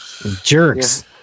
Jerks